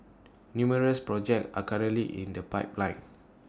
numerous projects are currently in the pipeline